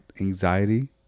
anxiety